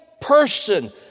person